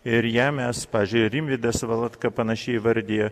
ir ją mes pavyzdžiui rimvydas valatka panašiai įvardija